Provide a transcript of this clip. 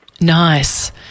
Nice